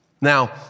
Now